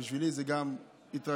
ובשבילי זו גם התרגשות,